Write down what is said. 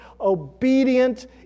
obedient